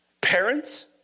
Parents